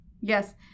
Yes